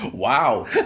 wow